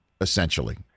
essentially